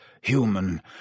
human